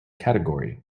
category